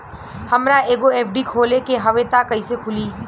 हमरा एगो एफ.डी खोले के हवे त कैसे खुली?